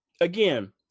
again